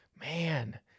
man